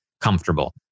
comfortable